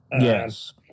Yes